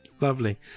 Lovely